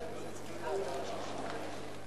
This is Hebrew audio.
אדוני היושב-ראש, חברי השרים,